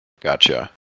Gotcha